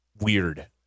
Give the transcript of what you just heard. weird